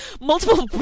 multiple